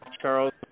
Charles